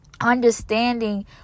understanding